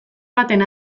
baten